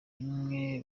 rimwe